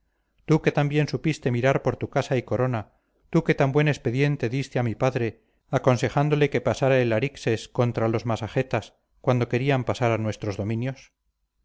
tú que tan bien supiste mirar por tu casa y corona tú que tan buen expediente diste a mi padre aconsejándole que pasara el arixes contra los masagetas cuando querían pasar a nuestros dominios